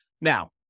Now